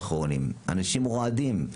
אנשים רועדים.